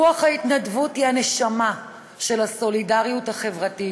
רוח ההתנדבות היא הנשמה של הסולידריות החברתית.